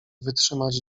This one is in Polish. wytrzymać